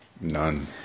None